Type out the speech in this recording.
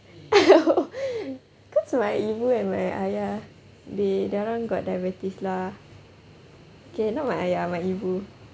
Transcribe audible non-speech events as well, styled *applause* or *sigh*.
*laughs* cause my ibu and my ayah they dia orang got diabetes lah okay not my ayah my ibu